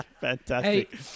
Fantastic